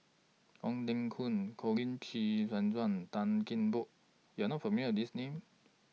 Ong Teng Koon Colin Qi Zhe Quan Tan Kian Por YOU Are not familiar with These Names